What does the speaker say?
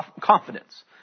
confidence